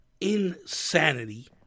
Insanity